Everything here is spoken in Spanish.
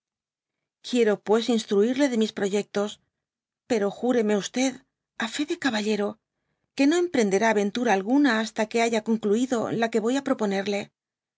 quiero pues instruií'le de mis proyectos pero júreme á fé de caballero que no emprenderá aven tura alguna hasta que haya concluido la que voy á proponerle